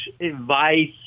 advice